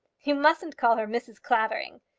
you mustn't call her mrs. clavering.